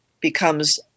becomes